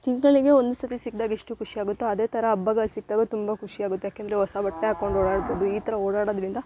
ತಿಂಗಳಿಗೆ ಒಂದುಸತಿ ಸಿಕ್ಕಿದಾಗ ಎಷ್ಟು ಖುಷಿ ಆಗುತ್ತೊ ಅದೇ ಥರ ಹಬ್ಬಗಳ್ ಸಿಕ್ಕಿದಾಗ ತುಂಬ ಖುಷಿ ಆಗುತ್ತೆ ಏಕಂದ್ರೆ ಹೊಸ ಬಟ್ಟೆ ಹಾಕೊಂಡು ಓಡಾಡ್ತಿದ್ವಿ ಈ ಥರ ಓಡಾಡೋದ್ರಿಂದ